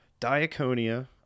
diaconia